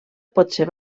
potser